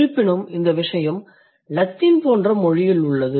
இருப்பினும் இந்த விஷயம் லத்தீன் போன்ற மொழியிலுள்ளது